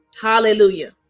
hallelujah